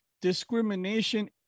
discrimination